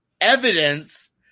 evidence